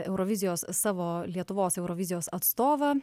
eurovizijos savo lietuvos eurovizijos atstovą